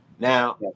Now